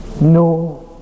No